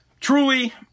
Truly